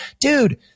dude